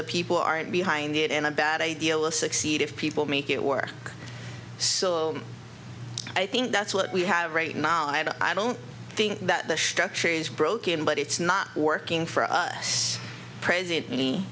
the people aren't behind it in a bad idea will succeed if people make it work so i think that's what we have right now and i don't think that the shrub trees broken but it's not working for us president